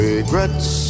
Regrets